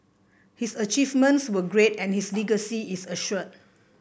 his achievements were great and his legacy is assured